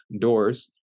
doors